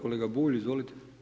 Kolega Bulj, izvolite.